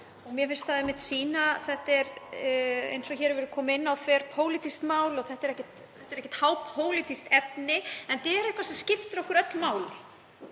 Mér finnst það einmitt sýna að þetta er, eins og hér hefur verið komið inn á, þverpólitískt mál. Þetta er ekki hápólitískt efni en þetta er eitthvað sem skiptir okkur öll máli.